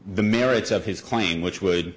the merits of his claim which would